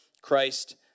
Christ